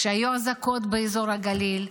כשהיו אזעקות באזור הגליל,